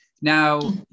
Now